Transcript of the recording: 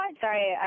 Sorry